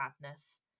madness